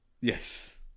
Yes